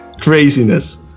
craziness